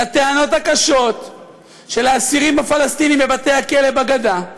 לטענות הקשות של האסירים הפלסטינים בבתי-הכלא בגדה,